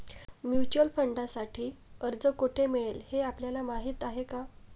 Mutual फंडांसाठी अर्ज कोठे मिळेल हे आपल्याला माहीत आहे का?